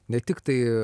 ne tiktai